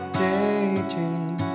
daydream